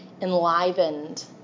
enlivened